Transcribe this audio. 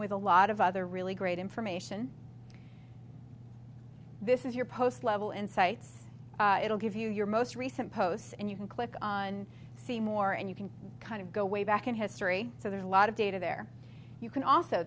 with a lot of other really great information this is your post level insights it'll give you your most recent posts and you can click on see more and you can kind of go way back in history so there's a lot of data there you can also